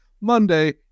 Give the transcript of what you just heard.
Monday